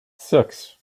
six